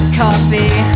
coffee